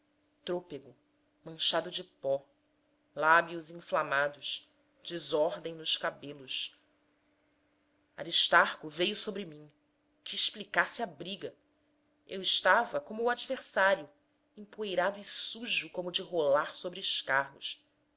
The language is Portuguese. trôpego manchado de pó lábios inflamados desordem nos cabelos aristarco veio sobre mim que explicasse a briga eu estava como o adversário empoeirado e sujo como de rolar sobre escarros